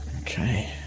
okay